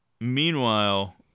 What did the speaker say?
Meanwhile